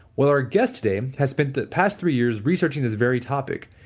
well, our guest today has spent the past three years researching this very topic.